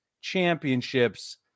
championships